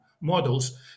models